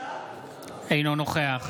אינו נוכח